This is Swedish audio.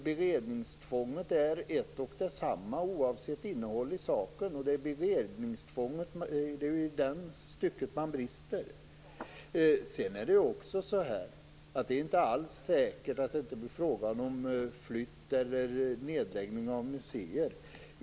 Beredningstvånget är ett och detsamma oavsett innehåll i sak, och det är i det stycket man brister. Det är inte alls säkert att det inte blir fråga om flytt eller nedläggning av museer.